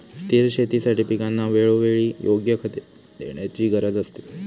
स्थिर शेतीसाठी पिकांना वेळोवेळी योग्य खते देण्याची गरज असते